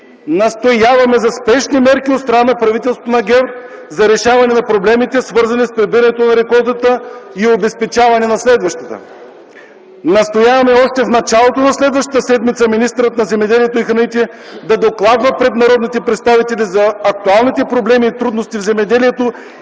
настояваме за спешни мерки от страна на правителството на ГЕРБ за решаване на проблемите, свързани с прибирането на реколтата и обезпечаване на следващата. Настояваме още в началото на следващата седмица министърът на земеделието и храните да докладва пред народните представители за актуалните проблеми и трудности в земеделието